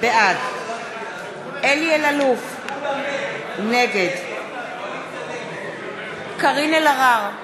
בעד אלי אלאלוף, נגד קארין אלהרר,